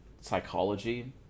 psychology